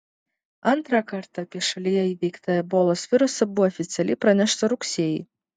antrą kartą apie šalyje įveiktą ebolos virusą buvo oficialiai pranešta rugsėjį